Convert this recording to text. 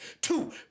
two